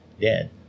dead